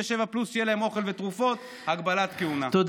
איפה דיון?